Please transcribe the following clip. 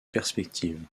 perspective